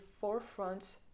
forefront